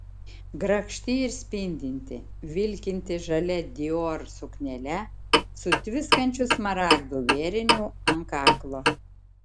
grakšti ir spindinti vilkinti žalia dior suknele su tviskančiu smaragdų vėriniu ant kaklo